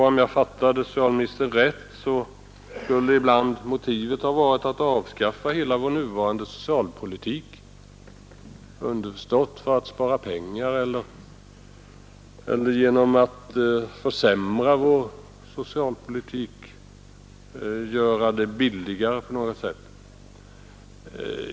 Om jag fattade socialministern rätt skulle motivet ibland ha varit att avskaffa hela vår nuvarande socialpolitik, underförstått för att spara pengar, eller försämra vår socialpolitik och därigenom göra det billigare.